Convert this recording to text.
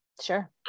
Sure